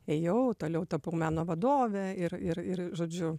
ėjau toliau tapau meno vadovė ir ir ir žodžiu